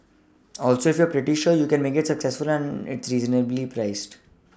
also if you're pretty sure you can make it it's reasonably priced